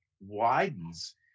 widens